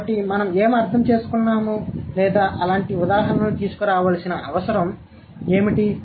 కాబట్టి మనం ఏమి అర్థం చేసుకున్నాము లేదా అలాంటి ఉదాహరణలను తీసుకురావాల్సిన అవసరం ఏమిటి